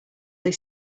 they